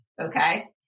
Okay